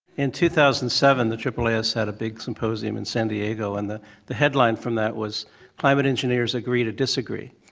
in two thousand and seven the aaas had a big symposium in san diego and the the headline from that was climate engineers agree to disagree.